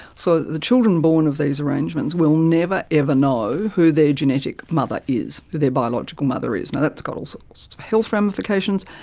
so the children born of these arrangements will never, ever know who their genetic mother is, who their biological mother is. now, that's got all sorts of health ramifications.